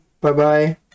Bye-bye